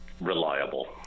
reliable